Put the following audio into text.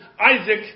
Isaac